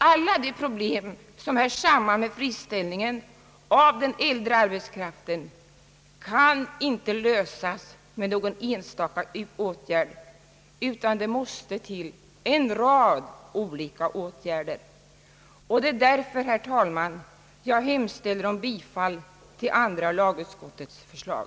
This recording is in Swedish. Alla de problem som hör samman med friställningen av den äldre arbetskraften kan inte lösas med någon enstaka åtgärd, utan det måste till en rad olika åtgärder. Det är därför, herr talman, som jag hemställer om bifall till andra lagutskottets förslag.